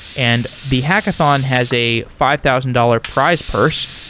and the hackathon has a five thousand dollars price purse.